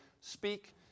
speak